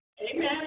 Amen